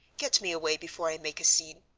get me away before i make a scene.